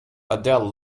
adele